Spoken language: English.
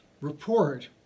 report